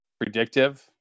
predictive